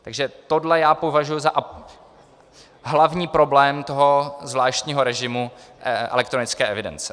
Takže tohle já považuji za hlavní problém toho zvláštního režimu elektronické evidence.